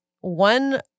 One